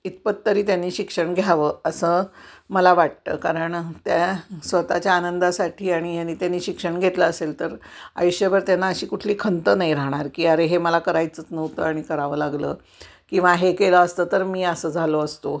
इतपत तरी त्यांनी शिक्षण घ्यावं असं मला वाटतं कारण त्या स्वतःच्या आनंदासाठी आणि याने त्यांनी शिक्षण घेतलं असेल तर आयुष्यभर त्यांना अशी कुठली खंत नाही राहणार की अरे हे मला करायचंच नव्हतं आणि करावं लागलं किंवा हे केलं असतं तर मी असं झालो असतो